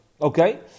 Okay